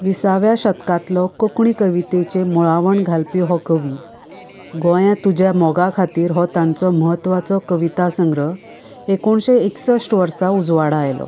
विसाव्या शतकांतलो कोंकणी कवितेंचें मुळावण घालपी हो कवी गोंया तुज्या मोगा खातीर हो तांचो महत्वाचो कविता संग्रह एकोणशे एकसश्ठ वर्सा उजवाडा आयलो